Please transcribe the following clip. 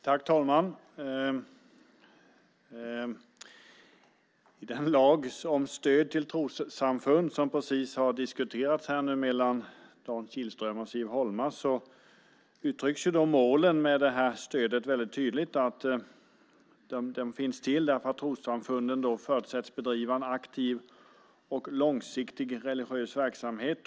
Herr talman! I den lag om stöd till trossamfund som precis har diskuterats här mellan Dan Kihlström och Siv Holma uttrycks målen med stödet tydligt. Det finns till därför att trossamfunden förutsätts bedriva en aktiv och långsiktig religiös verksamhet.